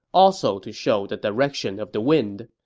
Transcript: also to show the direction of the wind.